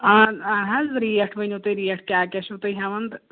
اہن اَ حظ ریٹ ؤنِو تُہۍ ریٹ کیٛاہ کیٛاہ چھُ تُہۍ ہٮ۪وان تہٕ